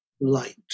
light